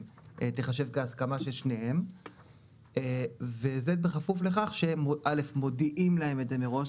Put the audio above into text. תיחשב כהסכמה של שניהם וזה בכפוף לכך שמודיעים להם את זה מראש,